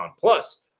plus